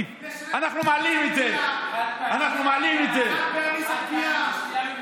אדוני היושב-ראש: העלאת קצבת הנכות הכללית ל-3,700 שקלים זאת פגיעה?